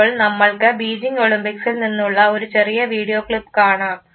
ഇപ്പോൾ നമ്മൾക്ക് ബീജിങ് ഒളിമ്പിക്സിൽ നിന്നുള്ള ഒരു ചെറിയ വീഡിയോ ക്ലിപ്പ് കാണാം